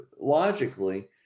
logically